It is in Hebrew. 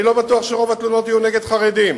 אני לא בטוח שרוב התלונות יהיו נגד חרדים.